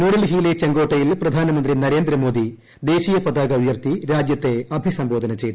നൃ്യൂഡൽഹിയിലെ ചെങ്കോട്ടയിൽ പ്രധാനമന്ത്രി നരേന്ദ്രമോദി ദേശീയ പതാക ഉയർത്തി രാജൃത്തെ അഭിസംബോധന ചെയ്തു